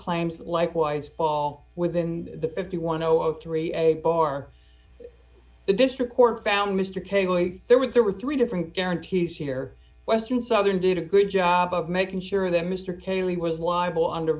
claims likewise fall within the fifty one thousand and three bar the district court found mr taylor there was there were three different guarantees here western southern did a good job of making sure that mr kelly was libel under